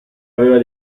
aveva